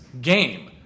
game